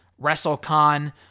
WrestleCon